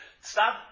stop